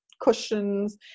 cushions